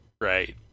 right